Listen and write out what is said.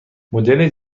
مدل